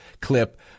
clip